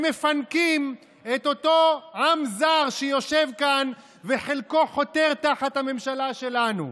הם מפנקים את אותו עם זר שיושב כאן וחלקו חותר תחת הממשלה שלנו.